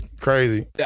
crazy